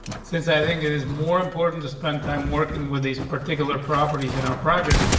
since i think it is more important to spend time working with these particular properties in our project,